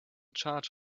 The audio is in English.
charge